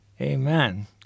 amen